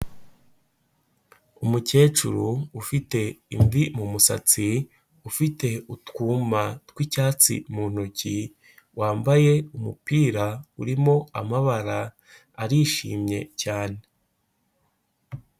Umukecuru ufite imvi mu musatsi, ufite utwuma tw'icyatsi mu ntoki, wambaye umupira urimo amabara arishimye cyane.